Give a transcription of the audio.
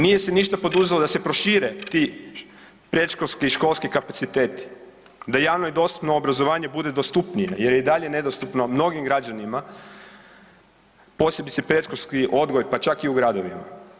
Nije se ništa poduzelo da se prošire ti predškolski i školski kapaciteti, da javno i dostupno obrazovanje bude dostupnije jer je i dalje nedostupno mnogim građanima, posebice predškolski odgoj, pa čak i u gradovima.